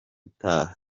utaha